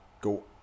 go